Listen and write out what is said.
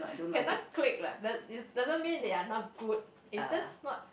cannot click lah da~ it doesn't mean they are not good it's just not